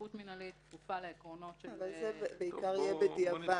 סמכות מנהלית כפופה לעקרונות -- אבל זה יהיה בדיעבד בעיקר.